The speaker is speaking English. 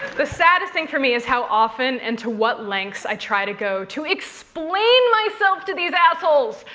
the saddest thing for me is how often and to what lengths i try to go to explain myself to these assholes.